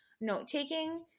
note-taking